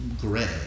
gray